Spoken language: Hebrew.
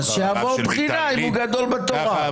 אז שיעבור בחינה אם הוא גדול בתורה.